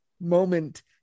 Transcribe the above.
moment